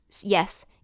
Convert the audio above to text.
Yes